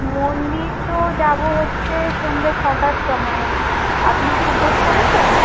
মন্দির তো যাব হচ্ছে সন্ধে ছটার সময় আপনি কি উপোস করেছেন